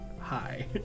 Hi